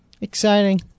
Exciting